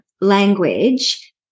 language